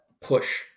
push